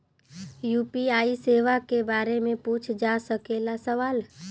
UPI सेवा के बारे में पूछ जा सकेला सवाल?